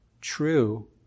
true